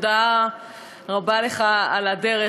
תודה רבה לך על הדרך,